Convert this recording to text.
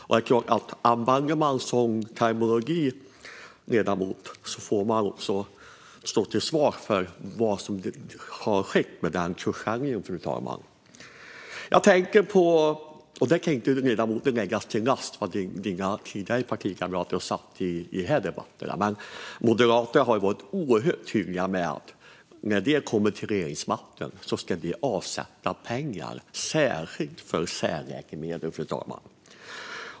Om man använder en sådan terminologi, fru talman, får man också stå till svars för vad som har skett med den kursändringen. Ledamoten kan inte läggas till last vad hans partikamrater tidigare sagt i dessa debatter, men Moderaterna har varit oerhört tydliga med att de när de kom till regeringsmakten skulle avsätta pengar särskilt för särläkemedel, fru talman.